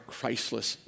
Christless